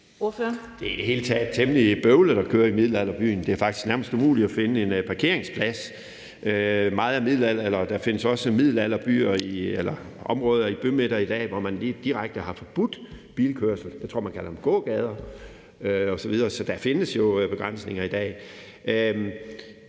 Det er i det hele taget temmelig bøvlet at køre i middelalderbyen. Det er faktisk nærmest umuligt at finde en parkeringsplads. Der findes også områder i bymidter i dag, hvor man lige direkte har forbudt bilkørsel; også i gågader. Så der findes jo begrænsninger i dag.